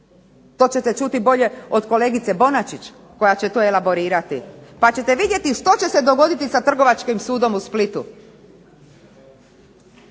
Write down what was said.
to ćete čuti bolje od kolegice Bonačić koja će to elaborirati pa ćete vidjeti što će se dogoditi sa Trgovačkim sudom u Splitu,